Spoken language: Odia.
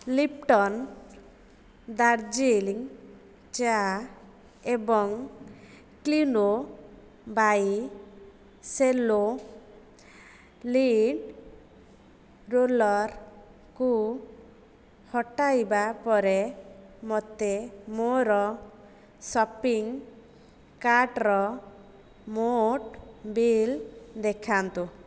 ଲିପ୍ଟନ୍ ଦାର୍ଜିଲିଂ ଚା ଏବଂ କ୍ଲିନୋ ବାଇ ସେଲୋଲିଣ୍ଟ୍ ରୋଲର୍କୁ ହଟାଇବା ପରେ ମୋତେ ମୋର ସପିଂ କାର୍ଟ୍ର ମୋଟ୍ ବିଲ୍ ଦେଖାନ୍ତୁ